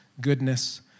goodness